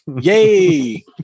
yay